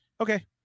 Okay